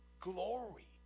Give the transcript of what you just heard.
glory